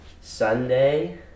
Sunday